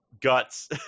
guts